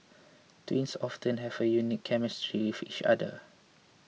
twins often have a unique chemistry with each other